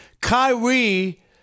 Kyrie